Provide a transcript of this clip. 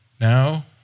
Now